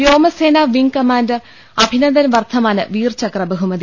വ്യോമസേന wing commander Abhinandan Varthaman Vir Chakra ബഹുമതി